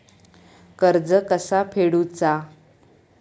कर्ज कसा फेडुचा?